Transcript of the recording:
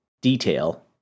detail